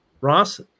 Ross